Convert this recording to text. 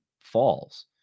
falls